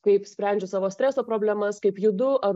kaip sprendžiu savo streso problemas kaip judu ar